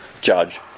judge